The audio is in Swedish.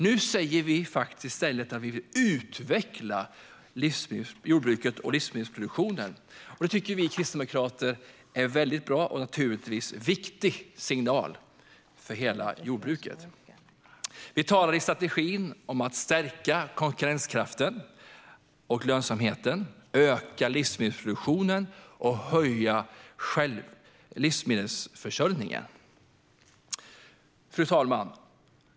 Nu säger vi i stället att vi vill utveckla jordbruket och livsmedelsproduktionen. Det tycker vi kristdemokrater är en bra och givetvis viktig signal till hela jordbruket. Vi talar i strategin om att stärka konkurrenskraften och lönsamheten, öka livsmedelsproduktionen och höja livsmedelsförsörjningen. Fru talman!